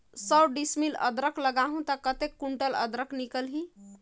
सौ डिसमिल अदरक लगाहूं ता कतेक कुंटल अदरक निकल ही?